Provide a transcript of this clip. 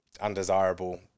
undesirable